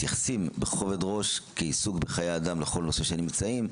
מתייחסים בכובד ראש כעיסוק בחיי אדם לכל נושא שהם נמצאים,